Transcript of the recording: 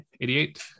88